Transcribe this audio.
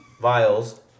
vials